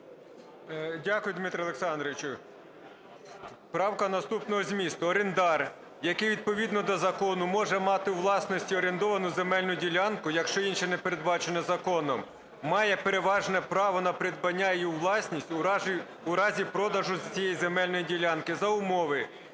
Дякую, Дмитре Олександровичу. Правка наступного змісту: "Орендар, який відповідно до закону може мати у власності орендовану земельну ділянку, якщо інше не передбачено законом, має переважне право на придбання її у власність у разі продажу цієї земельної ділянки, за умови,